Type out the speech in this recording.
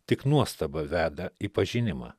tik nuostaba veda į pažinimą